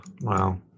Wow